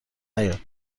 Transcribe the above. نیاد